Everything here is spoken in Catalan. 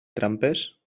trampes